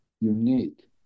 unique